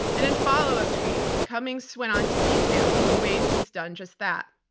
and in follow-up tweets, cummings went on to detail the ways he's done just that.